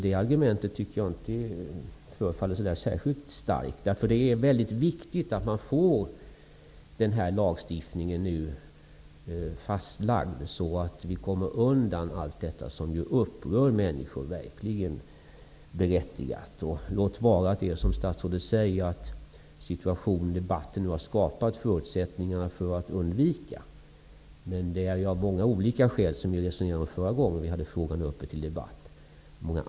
Jag tycker inte att argumentet förefaller särskilt starkt. Det är ju väldigt viktigt att den här lagstiftningen nu blir fastlagd, så att vi kommer undan allt detta som upprör människor, vilket verkligen är berättigat. Låt vara att det är som statsrådet säger, att situationen och debatten nu har skapat förutsättningar för att sådana här avtal skall kunna undvikas. Men det finns många andra skäl till att detta öppet skall redovisas.